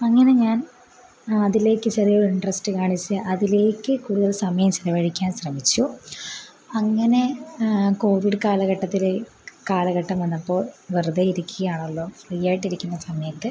അങ്ങനെ ഞാൻ അതിലേക്ക് ചെറിയ ഇൻ്ററസ്റ്റ് കാണിച്ച് അതിലേക്ക് കൂടുതൽ സമയം ചിലവഴിക്കാൻ ശ്രമിച്ചു അങ്ങനെ കോവിഡ് കാലഘട്ടത്തിലെ കാലഘട്ടം വന്നപ്പോൾ വെറുതെ ഇരിക്കുകയാണല്ലോ ഫ്രീ ആയിട്ടിരിക്കുന്ന സമയത്ത്